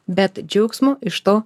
bet džiaugsmo iš to